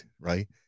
right